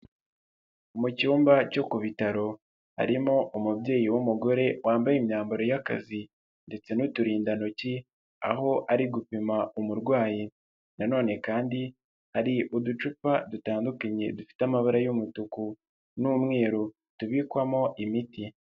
Mu cyumba cyo ku bitaro harimo umubyeyi w'umugore wambaye imyambaro y'akazi ndetse n'uturindantoki, aho ari gupima umurwayi nanone kandi hari uducupa dutandukanye dufite amabara y'umutuku n'umweru tubikwamo imiti.